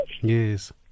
Yes